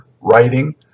writing